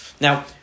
Now